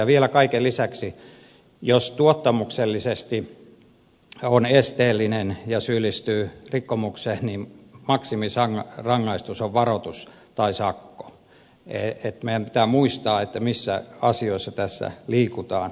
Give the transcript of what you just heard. ja vielä kaiken lisäksi jos tuottamuksellisesti on esteellinen ja syyllistyy rikkomukseen maksimirangaistus on varoitus tai sakko niin että meidän pitää muistaa missä asioissa tässä liikutaan